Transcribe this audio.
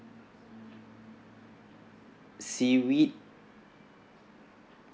seaweed